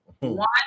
One